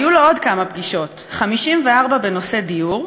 היו לו עוד כמה פגישות: 54 בנושא דיור,